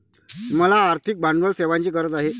मला आर्थिक भांडवल सेवांची गरज आहे